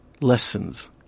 lessons